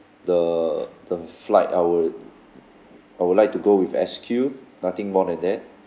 the the flight I would I would like to go with S_Q nothing more than that